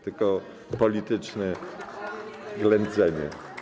Tylko polityczne ględzenie.